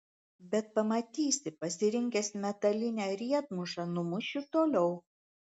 bet pamatysi pasirinkęs metalinę riedmušą numušiu toliau